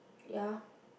ya